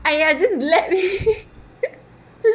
!aiya! just let me